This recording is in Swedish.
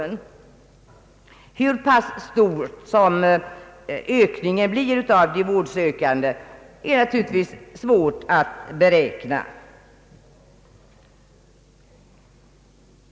Det är naturligtvis svårt att beräkna hur pass stor ökningen av antalet vårdsökande blir.